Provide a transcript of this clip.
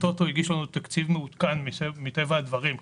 הטוטו הגישו תקציב מעודכן מטבע הדברים.